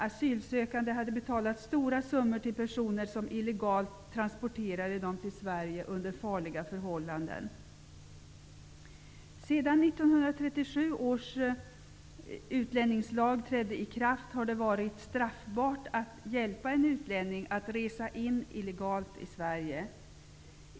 Asylsökande hade betalat stora summor till personer som illegalt transporterade dem till Sverige under farliga förhållanden. Sedan 1937 års utlänningslag trädde i kraft har det varit straffbart att hjälpa en utlänning att resa in illegalt i Sverige.